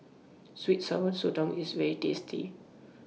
Sweet and Sour Sotong IS very tasty